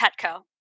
Petco